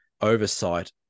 oversight